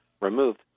removed